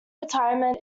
retirement